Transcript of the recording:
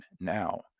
Now